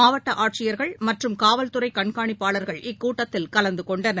மாவட்டஆட்சியர்கள் மற்றும் காவல்துறைகண்காணிப்பாளர்கள் இக்கூட்டத்தில் கலந்துகொண்டனர்